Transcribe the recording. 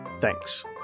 Thanks